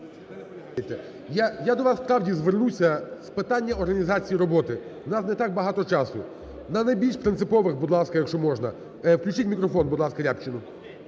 Я до вас, справді, звернуся з питання організації роботи, у нас не так багато часу, на найбільш принципових, будь ласка, якщо можна. Включіть мікрофон, будь ласка, Рябчину.